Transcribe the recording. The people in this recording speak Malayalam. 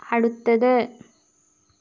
അടുത്തത്